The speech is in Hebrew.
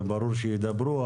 וברור שידברו.